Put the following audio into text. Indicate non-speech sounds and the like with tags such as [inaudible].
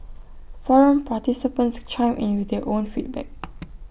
forum participants chimed in with their own feedback [noise]